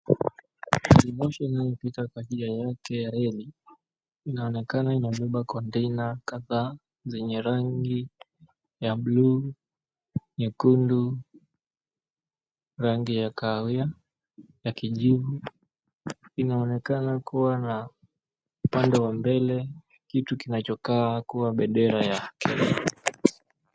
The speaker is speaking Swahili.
Garimoshi inayopita kwa njia yake ya reli inaoonekana inabeba kontena kadhaa zenye rangi ya buluu, nyekundu, rangi ya kahawia ya kijivu. Inaonekana kuwa na upande wa mbele kitu kinachkaa kuwa bendera ya Kenya.